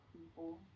people